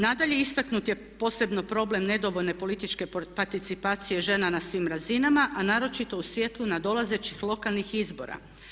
Nadalje, istaknut je posebno problem nedovoljne političke participacije žena na svim razinama a naročito u svjetlo nadolazećih lokalnih izbora.